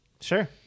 Sure